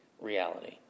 reality